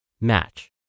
Match